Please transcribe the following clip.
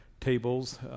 tables